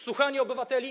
Słuchanie obywateli?